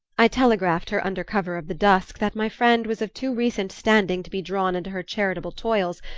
i telegraphed her under cover of the dusk that my friend was of too recent standing to be drawn into her charitable toils,